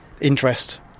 interest